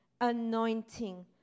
anointing